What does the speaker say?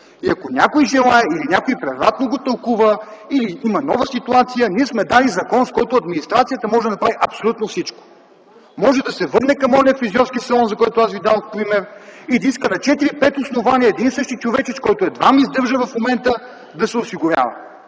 Ако някой желае или превратно го тълкува, или има нова ситуация – ние сме дали закон с който администрацията може да направи абсолютно всичко. Може да се върне към оня фризьорски салон, за който аз Ви дадох пример, и да иска на 4-5 основания един и същи човечец, който едвам издържа в момента, да се осигурява.